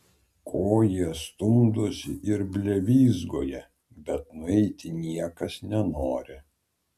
ko jie stumdosi ir blevyzgoja bet nueiti niekas nenori